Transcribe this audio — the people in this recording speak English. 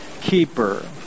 keeper